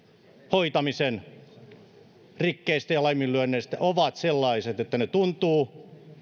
hoitamisen rikkeistä ja laiminlyönneistä ovat sellaiset että ne tuntuvat